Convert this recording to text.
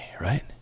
right